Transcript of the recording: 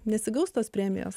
nesigaus tos premijos